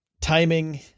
Timing